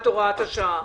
הארכת הוראת השעה,